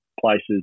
places